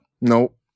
Nope